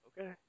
Okay